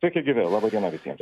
sveiki gyvi laba diena visiems